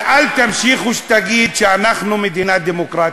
ואל תמשיכו להגיד שאנחנו מדינה דמוקרטית.